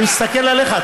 אני מסתכל עליך,